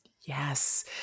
Yes